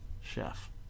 chef